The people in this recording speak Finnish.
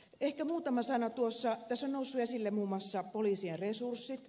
tässä on noussut esille muun muassa poliisien resurssit